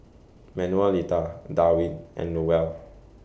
Manuelita Darwin and Lowell